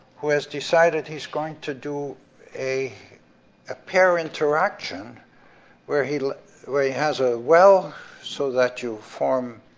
who has decided he's going to do a a pair interaction where he where he has a well so that you form